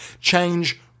Change